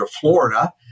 Florida